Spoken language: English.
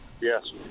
Yes